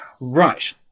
Right